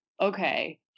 okay